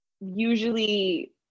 usually